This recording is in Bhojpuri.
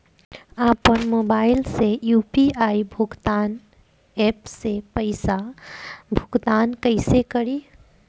आपन मोबाइल से यू.पी.आई भुगतान ऐपसे पईसा भुगतान कइसे करि?